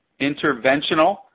interventional